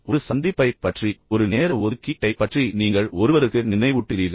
எனவே ஒரு சந்திப்பைப் பற்றி ஒரு நேர ஓத்துத்தக்கீட்டை பற்றி நீங்கள் ஒருவருக்கு நினைவூட்டுகிறீர்கள்